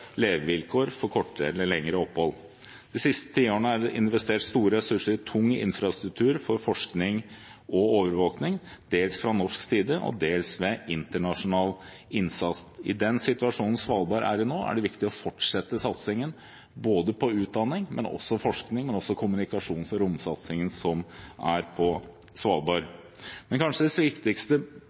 levevilkår for kortere eller lengre opphold. De siste tiårene er det investert store ressurser i tung infrastruktur for forskning og overvåkning, dels fra norsk side og dels ved internasjonal innsats. I den situasjonen Svalbard er i nå, er det viktig å fortsette satsingen både på utdanning og på forskning, og også på kommunikasjons- og romsatsingen som er på Svalbard. Det kanskje viktigste